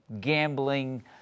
gambling